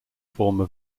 former